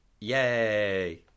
Yay